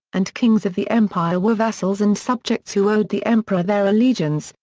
and kings of the empire were vassals and subjects who owed the emperor their allegiance,